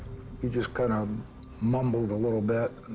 she just kind of um mumbled a little bit.